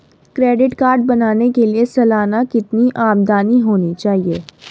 Credit card बनाने के लिए सालाना कितनी आमदनी होनी चाहिए?